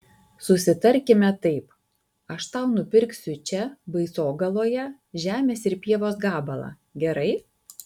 susitarkime taip aš tau nupirksiu čia baisogaloje žemės ir pievos gabalą gerai